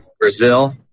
Brazil